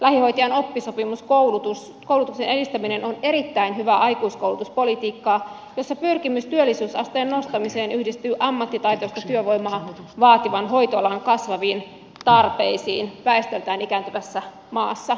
lähihoitajan oppisopimuskoulutuksen edistäminen on erittäin hyvää aikuiskoulutuspolitiikkaa jossa pyrkimys työllisyysasteen nostamiseen yhdistyy ammattitaitoista työvoimaa vaativan hoitoalan kasvaviin tarpeisiin väestöltään ikääntyvässä maassa